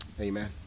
Amen